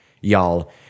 y'all